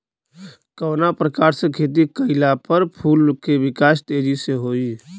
कवना प्रकार से खेती कइला पर फूल के विकास तेजी से होयी?